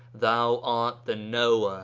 thou art the knower,